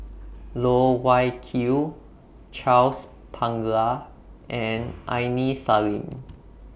Loh Wai Kiew Charles Paglar and Aini Salim